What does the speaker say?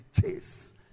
chase